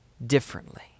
differently